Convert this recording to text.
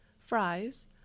fries